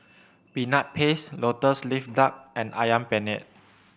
Peanut Paste Lotus Leaf Duck and Ayam Penyet